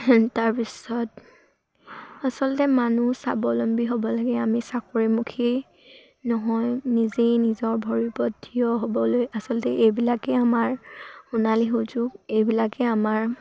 তাৰপিছত আচলতে মানুহ স্বাৱলম্বী হ'ব লাগে আমি চাকৰিমুখীয়েই নহয় নিজেই নিজৰ ভৰিৰ ওপৰত থিয় হ'বলৈ আচলতে এইবিলাকেই আমাৰ সোণালী সুযোগ এইবিলাকেই আমাৰ